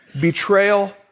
Betrayal